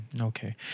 Okay